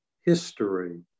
history